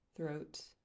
throat